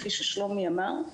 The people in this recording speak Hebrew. כפי שאמר שלומי,